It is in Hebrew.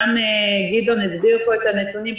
גם גדעון הסביר פה את הנתונים,